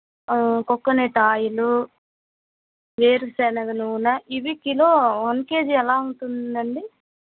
coconut oil వేరుశనగ నూనె ఇవి కిలో వన్ కే జీ ఎలా ఉంటుందండి